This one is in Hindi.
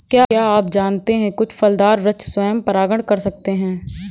क्या आप जानते है कुछ फलदार वृक्ष स्वयं परागण कर सकते हैं?